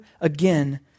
again